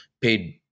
paid